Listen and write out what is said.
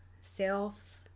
self